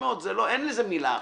אין לזה מלה אחרת,